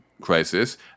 crisis